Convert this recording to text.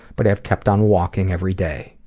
but i've kept on walking every day.